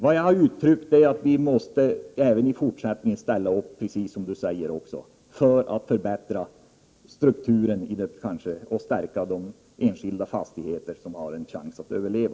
I fortsättningen måste vi ställa upp precis som Paul Lestander säger för att stärka de enskilda företag som har en chans att överleva.